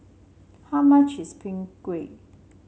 how much is Png Kueh